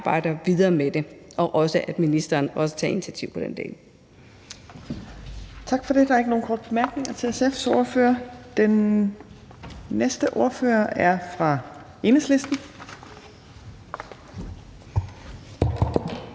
arbejder videre med det, og også at ministeren tager initiativ til den del.